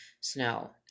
snow